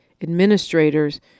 administrators